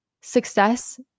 success